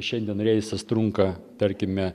šiandien reisas trunka tarkime